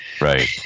Right